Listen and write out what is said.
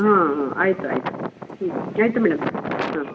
ಹಾಂ ಹಾಂ ಆಯಿತು ಆಯಿತು ಹ್ಞೂ ತ್ಯಾಂಕ್ ಯು ಮೇಡಮ್ ಹಾಂ